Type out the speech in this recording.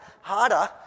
harder